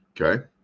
okay